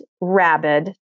rabid